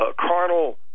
carnal